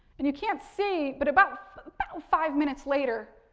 and you can't see, but about five minutes later,